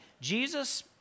Jesus